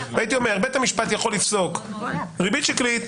הייתי אומר: בית המשפט יכול לפסוק ריבית שקלית